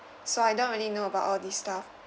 so I don't really know about all this stuff